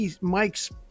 Mike's